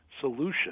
solution